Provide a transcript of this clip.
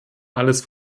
alles